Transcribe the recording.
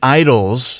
idols